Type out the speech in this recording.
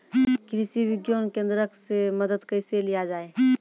कृषि विज्ञान केन्द्रऽक से मदद कैसे लिया जाय?